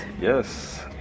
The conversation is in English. yes